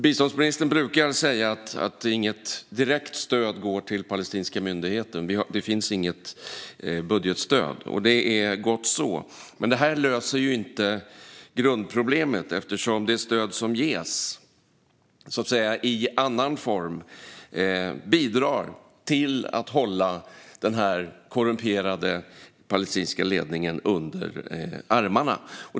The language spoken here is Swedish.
Biståndsministern brukar säga att inget direkt stöd går till den palestinska myndigheten. Det finns inget budgetstöd, och det är gott så. Men det löser inte grundproblemet eftersom det stöd som ges i annan form bidrar till att hålla den korrumperade palestinska ledningen under armarna.